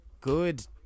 good